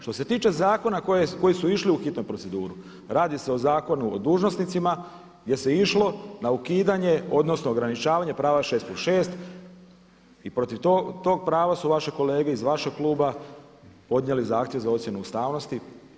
Što se tiče zakona koji su išli u hitnu proceduru, radi se o Zakonu o dužnosnicima gdje se išlo na ukidanje odnosno ograničavanje prava šest plus šest i protiv tog prava su vaše kolege iz vašeg kluba podnijeli zahtjev za ocjenu ustavnosti.